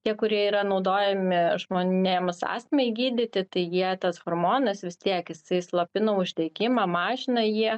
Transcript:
tie kurie yra naudojami žmonėms astmai gydyti tai jie tas hormonas vis tiek jisai slopina uždegimą mažina jį